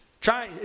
Try